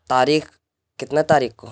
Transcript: تاریخ کتنا تاریخ کو